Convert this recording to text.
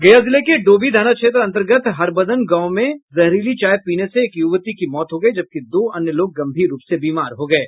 गया जिले के डोभी थाना क्षेत्र अंतर्गत हरबदन गांव में जहरीली चाय पीने से एक यूवती की मौत हो गयी जबकि दो अन्य लोग गंभीर रूप से बीमार हो गये